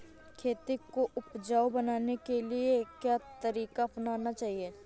खेती को उपजाऊ बनाने के लिए क्या तरीका अपनाना चाहिए?